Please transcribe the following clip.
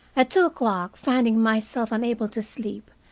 at two o'clock, finding myself unable to sleep,